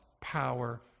power